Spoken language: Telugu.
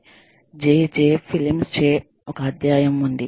J J ఫిలిప్స్ చే ఒక అధ్యాయం ఉంది